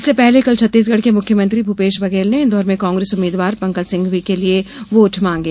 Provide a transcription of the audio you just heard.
इससे पहले कल छत्तीसगढ़ के मुख्यमंत्री भूपेश बघेल ने इन्दौर में कांग्रेस उम्मीदवार पंकज संघवी के लिये वोट मागें